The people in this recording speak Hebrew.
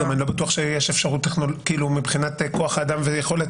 אני בטוח שיש אפשרות מבחינת כוח אדם ויכולת